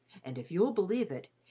and, if you'll believe it,